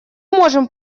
можем